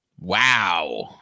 Wow